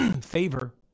favor